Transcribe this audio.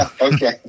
Okay